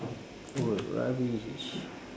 oh rubbish